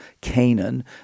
Canaan